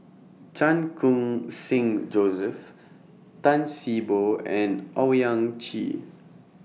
Chan Khun Sing Joseph Tan See Boo and Owyang Chi